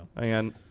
and